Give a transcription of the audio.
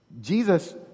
Jesus